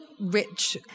rich